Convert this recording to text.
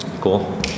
cool